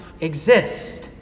exist